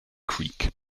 creek